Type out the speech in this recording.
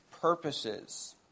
purposes